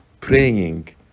praying